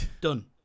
done